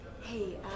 Hey